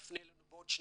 תפנה אלינו בעוד שנתיים".